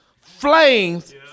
flames